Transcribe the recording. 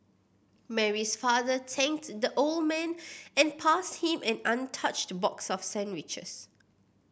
Mary's father thanked the old man and passed him an untouched box of sandwiches